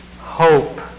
hope